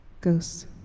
Ghosts